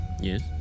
Yes